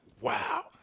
wow